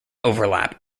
overlap